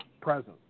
presence